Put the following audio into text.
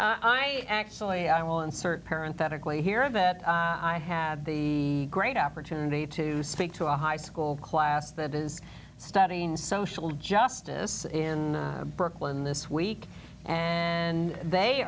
i actually i will insert parent that equate here that i had the great opportunity to speak to a high school class that is studying social justice in brooklyn this week and they